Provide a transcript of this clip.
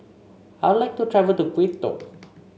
I like to travel to Quito